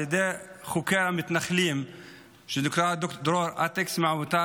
חוקר המתנחלים שנקרא ד"ר דרור אטקס מעמותת